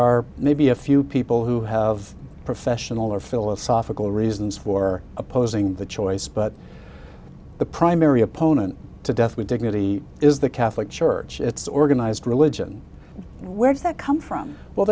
are maybe a few people who have professional or philosophical reasons for opposing the choice but the primary opponent to death with dignity is the catholic church it's organized religion where does that come from well